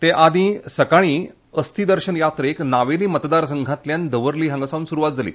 ते आदी सकाळीं अस्ती दर्शन यात्रेक नावेली मतदारसंघातल्यान दवर्ली हांगा सावन सुखात जाली